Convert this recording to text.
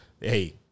Hey